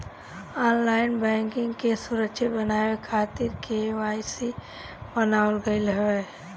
online banking के सुरक्षित बनावे खातिर के.वाई.सी बनावल गईल हवे